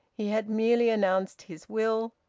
he had merely announced his will,